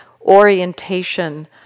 orientation